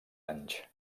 anys